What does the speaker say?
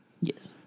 Yes